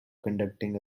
conducting